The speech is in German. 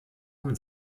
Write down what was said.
mit